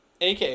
AK